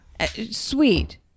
sweet